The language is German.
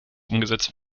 umgesetzt